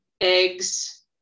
eggs